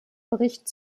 bericht